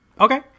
Okay